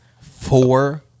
Four